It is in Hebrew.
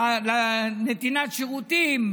לנתינת שירותים,